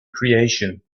creation